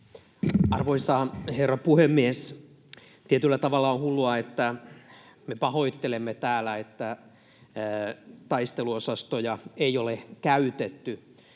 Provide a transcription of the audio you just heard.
Arvoisa herra puhemies! Tietyllä tavalla on hullua, että me pahoittelemme täällä, että taisteluosastoja ei ole käytetty,